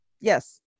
Yes